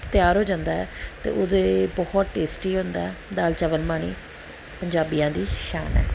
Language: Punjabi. ਤਿਆਰ ਹੋ ਜਾਂਦਾ ਅਤੇ ਉਹ ਬਹੁਤ ਟੇਸਟੀ ਹੁੰਦਾ ਦਾਲ ਚਾਵਲ ਮਾਣੀ ਪੰਜਾਬੀਆਂ ਦੀ ਸ਼ਾਨ ਹੈ